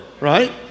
Right